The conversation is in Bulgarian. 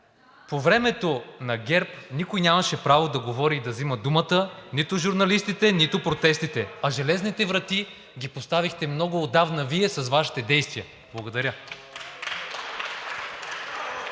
По времето на ГЕРБ никой нямаше право да говори и да взема думата – нито журналистите, нито протестите, а железните врати ги поставихте много отдавна Вие с Вашите действия. Благодаря.